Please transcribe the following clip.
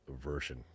version